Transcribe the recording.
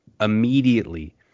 Immediately